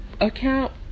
account